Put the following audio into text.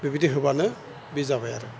बेबायदि होबानो बि जाबाय आरो